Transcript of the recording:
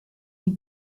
die